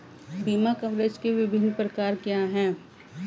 बीमा कवरेज के विभिन्न प्रकार क्या हैं?